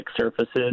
surfaces